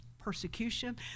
persecution